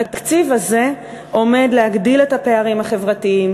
התקציב הזה עומד להגדיל את הפערים החברתיים,